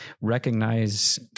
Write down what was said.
recognize